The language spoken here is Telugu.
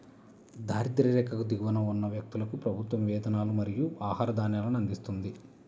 దారిద్య్ర రేఖకు దిగువన ఉన్న వ్యక్తులకు ప్రభుత్వం వేతనాలు మరియు ఆహార ధాన్యాలను అందిస్తుంది